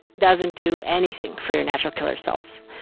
doesn't do anything for your natural killer cells.